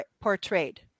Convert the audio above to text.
portrayed